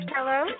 Hello